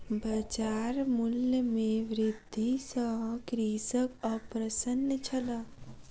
बजार मूल्य में वृद्धि सॅ कृषक अप्रसन्न छल